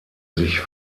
sich